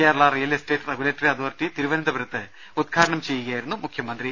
Kerala real estate regulatory authority തിരുവനന്തപുരത്ത് ഉദ്ഘാ ടനം ചെയ്യുകയായിരുന്നു അദ്ദേഹം